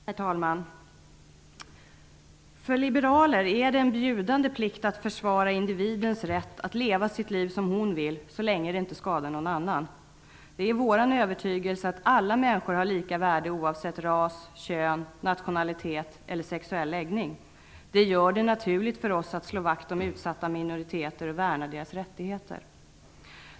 Herr talman! ''För liberaler är det en bjudande plikt att försvara individens rätt att leva sitt liv som hon vill så länge hon inte skadar någon annan. Det är vår övertygelse att alla människor har lika värde oavsett ras, kön, nationalitet eller sexuell läggning. Det gör det naturligt för oss att slå vakt om utsatta minoriteter och värna deras rättigheter.